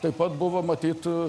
taip pat buvo matyt